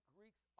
Greeks